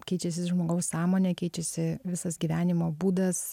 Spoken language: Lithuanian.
keičiasi žmogaus sąmonė keičiasi visas gyvenimo būdas